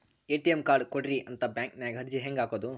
ATM card ಕೊಡ್ರಿ ಅಂತ bank ನ್ಯಾಗ ಅರ್ಜಿ ಹೆಂಗ ಹಾಕೋದು?